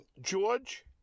george